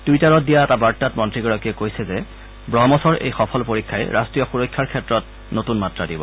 টুইটাৰত দিয়া এটা বাৰ্তাত মন্ত্ৰীগৰাকীয়ে কৈছে যে ব্ৰহ্মছৰ এই সফল পৰীক্ষাই ৰাষ্ট্ৰীয় সূৰক্ষাৰ ক্ষেত্ৰত নতূন মাত্ৰা দিব